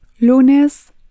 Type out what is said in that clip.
Lunes